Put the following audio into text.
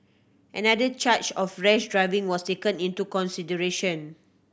another charge of rash driving was taken into consideration